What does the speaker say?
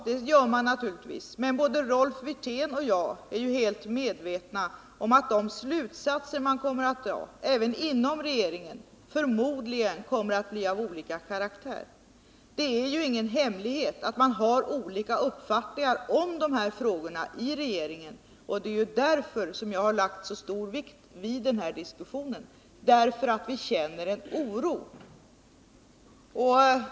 Detta är naturligtvis riktigt, men både Rolf Wirtén och jag är medvetna om att de slutsatser som kommer att dras, även inom regeringen, kommer att bli av olika karaktär. Det är ju ingen hemlighet att det i regeringen finns olika uppfattningar om dessa frågor. Och det är anledningen till att jag har lagt så stor vikt vid denna diskussion. Vi känner nämligen oro.